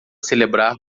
celebrar